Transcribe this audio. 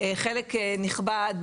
חלק נכבד,